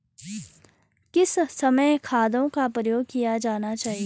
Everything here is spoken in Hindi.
किस समय खादों का प्रयोग किया जाना चाहिए?